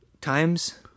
times